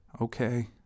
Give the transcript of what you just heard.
Okay